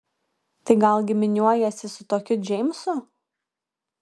tai gal giminiuojiesi su tokiu džeimsu